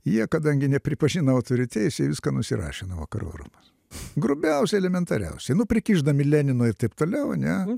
jie kadangi nepripažino autorių teisių jie viską nusirašė nuo vakarų europos grubiausiai elementariausiai nu prikišdami lenino ir taip toliau ane